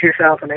2008